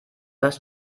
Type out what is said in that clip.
das